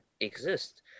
exist